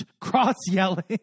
cross-yelling